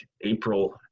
April